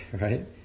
right